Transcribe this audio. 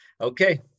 Okay